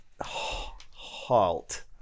halt